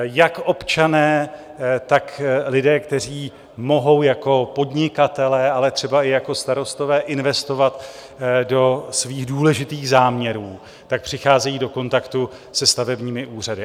Jak občané, tak lidé, kteří mohou jako podnikatelé, ale třeba i jako starostové investovat do svých důležitých záměrů, tak přicházejí do kontaktu se stavebními úřady.